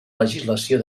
legislació